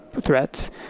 threats